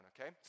okay